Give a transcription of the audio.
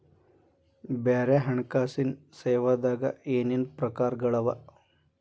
ಬ್ಯಾರೆ ಹಣ್ಕಾಸಿನ್ ಸೇವಾದಾಗ ಏನೇನ್ ಪ್ರಕಾರ್ಗಳವ?